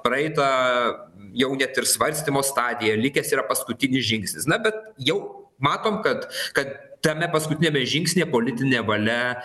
praeitą jau net ir svarstymo stadiją likęs yra paskutinis žingsnis na bet jau matom kad kad tame paskutiniame žingsnyje politinė valia